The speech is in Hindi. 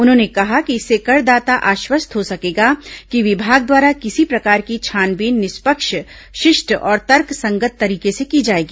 उन्होंने कहा कि इससे करदाता आश्वस्त हो सकेगा कि विभाग द्वारा किसी प्रकार की छानबीन निष्पक्ष शिष्ट और तर्कसंगत तरीके से की जाएगी